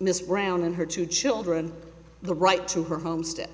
miss brown and her two children the right to her homestead